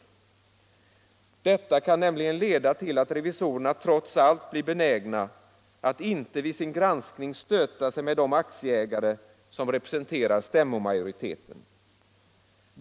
Detta kan nämligen leda till att revisorerna trots allt blir benägna att inte vid sin granskning stöta sig med de aktieägare som representerar stämmomajoriteten.